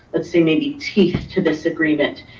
let's say maybe teeth to this agreement.